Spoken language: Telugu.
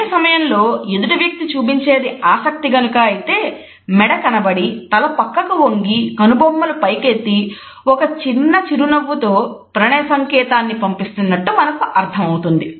అదే సమయంలో ఎదుటి వ్యక్తి చూపించేది ఆసక్తి గనుక అయితే మెడ కనబడి తల పక్కకు వంగి కనుబొమ్మలు పైకెత్తి ఒక చిన్న చిరునవ్వు తో ప్రణయ సంకేతాన్ని పంపిస్తున్నట్టు మనకు అర్థమవుతుంది